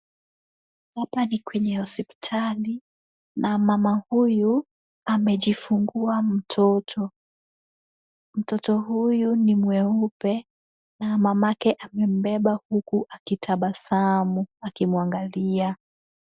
Hapa ni kwenye hospitali na mama huyu amejifungua mtoto. Mtoto huyu ni mweupe na mamake amembeba huku akitabasamu akimwangalia.